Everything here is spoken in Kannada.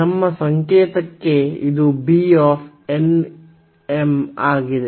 ನಮ್ಮ ಸಂಕೇತಕ್ಕೆ ಇದು B n m ಆಗಿದೆ